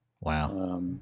Wow